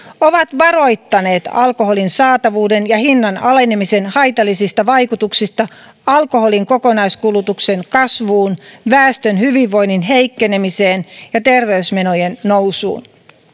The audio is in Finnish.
ovat varoittaneet alkoholin saatavuuden ja hinnan alenemisen haitallisista vaikutuksista alkoholin kokonaiskulutuksen kasvuun väestön hyvinvoinnin heikkenemiseen ja terveysmenojen nousuun